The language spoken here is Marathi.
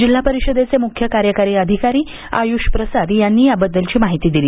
जिल्हा परिषदेचे मुख्य कार्यकारी अधिकारी आयुष प्रसाद यांनी याबद्दलची माहिती दिली